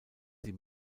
sie